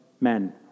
men